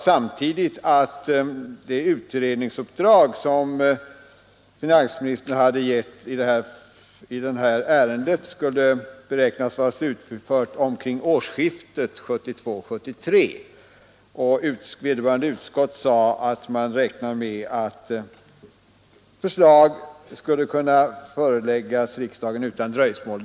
Samtidigt sades att det utredningsuppdrag som finansministern gett i detta ärende kunde beräknas vara slutfört omkring årsskiftet 1972-1973. Vederbörande utskott sade att man räknade med att förslag skulle kunna föreläggas riksdagen utan dröjsmål.